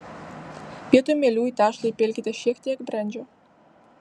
vietoj mielių į tešlą įpilkite šiek tiek brendžio